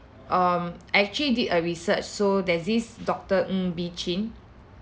um I actually did a research so there's this doctor ng bee chin